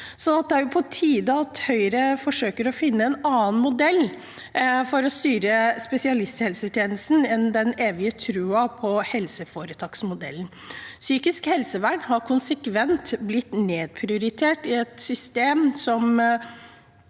Det er på tide at Høyre forsøker å finne en annen modell for å styre spesialisthelsetjenesten, heller enn den evige troen på helseforetaksmodellen. Psykisk helsevern er konsekvent blitt nedprioritert i et system som